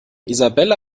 isabella